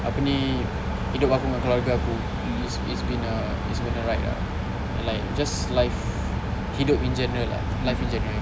apa ni hidup aku dengan keluarga aku it's it's been a it's been a ride ah like just life hidup in general ah life in general